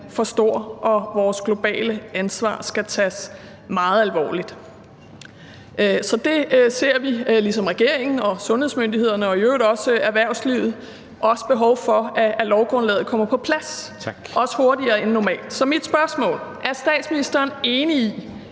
for stor og vores globale ansvar skal tages meget alvorligt. Så vi ser ligesom regeringen og sundhedsmyndighederne og i øvrigt også erhvervslivet et behov for, at lovgrundlaget kommer på plads, også hurtigere end normalt. Så mit spørgsmål er: Er statsministeren enig i,